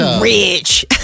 rich